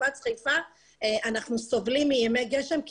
במפרץ חיפה אנחנו סובלים מימי גשם כי